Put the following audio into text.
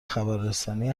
خبررسانی